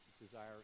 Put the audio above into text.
desire